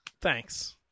Thanks